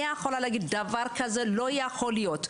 אני יכולה להגיד שדבר כזה לא יכול להיות,